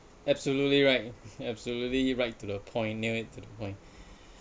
absolutely right absolutely right to the point near to the point